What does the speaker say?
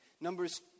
Numbers